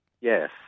Yes